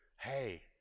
hey